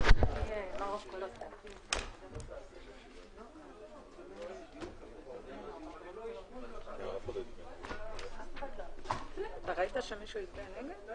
08:55.